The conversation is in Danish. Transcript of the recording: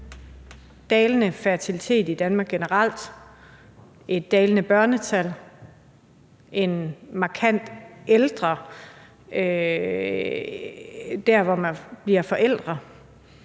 dalende fertilitet i Danmark generelt, et dalende børnetal, og at man er markant ældre, når man bliver forældre.